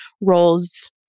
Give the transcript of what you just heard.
roles